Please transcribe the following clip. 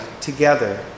together